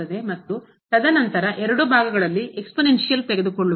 ಮತ್ತು ತದನಂತರ ಎರಡೂ ಭಾಗಗಳಲ್ಲಿ ಎಕ್ಸ್ಪೋನೆಂಶಿಯಲ್ ತೆಗೆದುಕೊಳ್ಳುವ